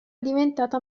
diventata